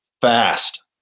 fast